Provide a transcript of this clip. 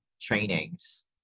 trainings